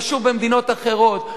קשור במדינות אחרות.